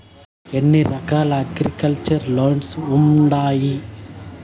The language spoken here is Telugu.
ఎన్ని రకాల అగ్రికల్చర్ లోన్స్ ఉండాయి